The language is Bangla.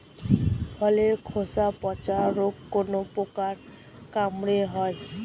ফলের খোসা পচা রোগ কোন পোকার কামড়ে হয়?